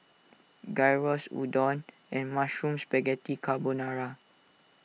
Gyros Udon and Mushroom Spaghetti Carbonara